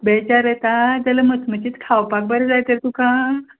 बेजार येता जाल्या मचमचीत खावपाक बरें जाय तर तुका